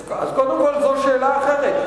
אז קודם כול, זו שאלה אחרת.